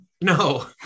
no